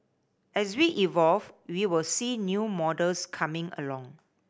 as we evolve we will see new models coming along